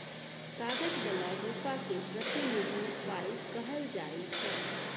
कागज बला रुपा केँ प्रतिनिधि पाइ कहल जाइ छै